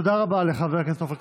תודה רבה לחבר הכנסת עופר כסיף.